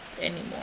anymore